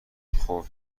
خوب